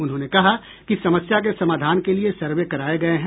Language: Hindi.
उन्होंने कहा कि समस्या के समाधान के लिये सर्वे कराये गये हैं